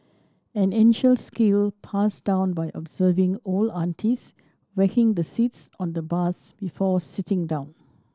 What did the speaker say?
an ancient skill passed down by observing old aunties whacking the seats on the bus before sitting down